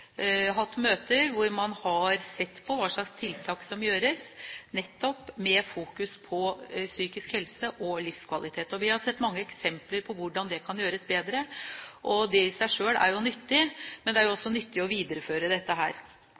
hatt møter hvor man har sett på hva slags tiltak som gjøres, nettopp med fokus på psykisk helse og livskvalitet. Vi har sett mange eksempler på hvordan det kan gjøres bedre. Det i seg selv er nyttig, men det er også nyttig å videreføre